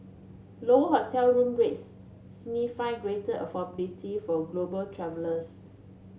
lower hotel room rates signify greater affordability for global travellers